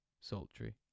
sultry